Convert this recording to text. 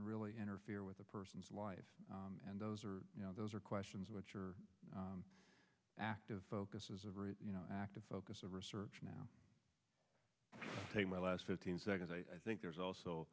and really interfere with a person's life and those are those are questions which are active focus is a very active focus of research now take my last fifteen seconds i think there's also